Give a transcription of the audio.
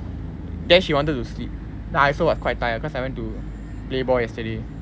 then she wanted to sleep I also was quite tired cause I went to play ball yesterday